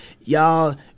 y'all